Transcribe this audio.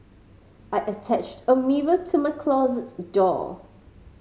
I attached a mirror to my closet door